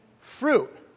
fruit